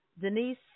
Denise